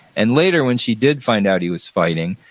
and later, when she did find out he was fighting,